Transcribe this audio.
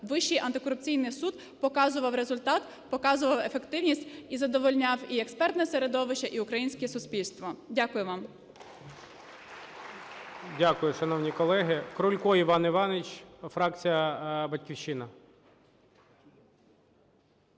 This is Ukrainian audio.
Вищий антикорупційний суд показував результат, показував ефективність і задовольняв і експертне середовище, і українське суспільство. Дякую вам.